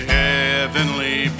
heavenly